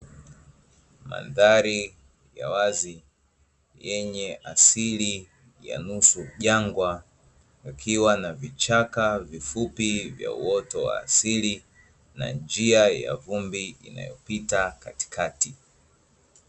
Mandhari ya wazi yenye asili ya nusu jangwa, kukiwa na vichaka vifupi vya uoto wa asili na njia ya vumbi inayopita katikati.